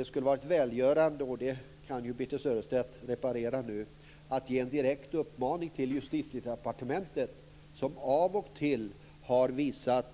Det skulle varit välgörande - och det kan ju Birthe Sörestedt reparera nu - att ge en direkt uppmaning till Justitiedepartementet, som av och till har visat